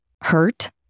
hurt